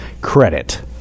Credit